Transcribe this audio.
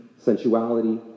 Sensuality